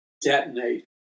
detonate